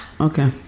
Okay